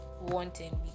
wanting